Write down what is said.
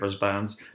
bands